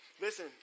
Listen